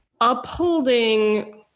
upholding